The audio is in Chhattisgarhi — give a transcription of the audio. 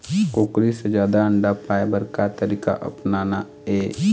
कुकरी से जादा अंडा पाय बर का तरीका अपनाना ये?